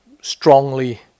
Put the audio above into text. strongly